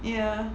ya